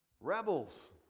rebels